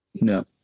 No